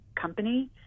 company